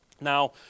Now